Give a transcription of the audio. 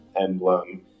emblem